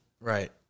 Right